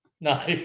no